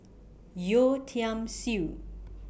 Yeo Tiam Siew